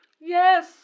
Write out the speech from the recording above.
Yes